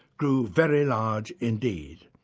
grew very large indeed.